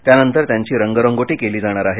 त्यानंतर त्यांची रंगरंगोटी केली जाणार आहे